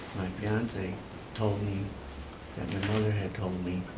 fiancee told me that my mother had told me